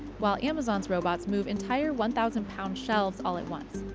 while amazon's robots move entire one thousand pound shelves all at once.